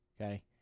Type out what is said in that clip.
Okay